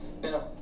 Now